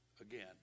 again